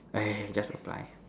eh just reply